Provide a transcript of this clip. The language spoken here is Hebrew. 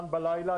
בסימנון.